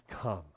come